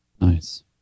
Nice